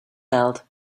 belt